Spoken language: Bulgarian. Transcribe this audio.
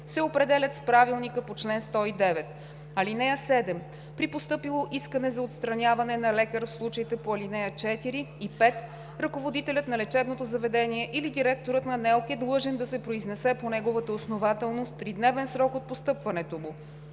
се определят с правилника по чл. 109. (7) При постъпило искане за отстраняване на лекар в случаите по ал. 4 и 5, ръководителят на лечебното заведение или директорът на НЕЛК е длъжен да се произнесе по неговата основателност в тридневен срок от постъпването му.